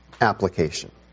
application